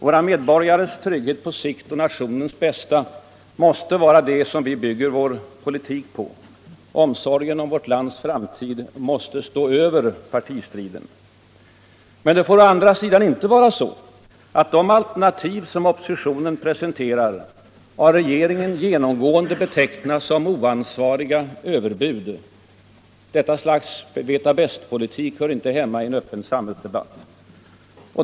Våra medborgares trygghet på sikt och nationens bästa måste vara det som vi bygger vår politik på. Omsorgen om vårt lands framtid måste stå över partistriden. Men det får å andra sidan inte vara så, att de alternativ som oppositionen presenterar av regeringen genomgående betecknas som oansvariga överbud. Detta slags ”veta-bäst-politik” hör inte hemma i en öppen samhällsdebatt.